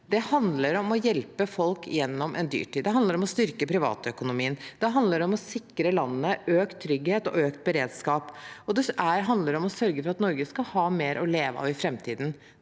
handler om å hjelpe folk gjennom en dyrtid. Det handler om å styrke privatøkonomien. Det handler om å sikre landet økt trygghet og økt beredskap. Det handler som å sørge for at man i Norge skal ha mer å leve av i framtiden.